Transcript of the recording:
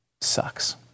sucks